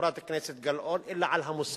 חברת הכנסת גלאון, אלא על המוסר.